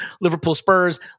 Liverpool-Spurs